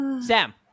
Sam